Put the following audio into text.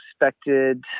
expected